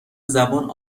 زبان